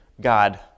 God